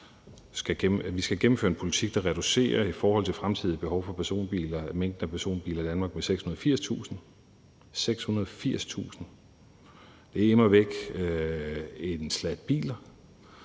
vi skal gennemføre en politik, der reducerer, i forhold til fremtidige behov for personbiler, antallet af personbiler i Danmark med 680.000 biler. 680.000 biler – det er immer væk en slat biler.